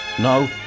No